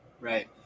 right